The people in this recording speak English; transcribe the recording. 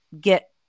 get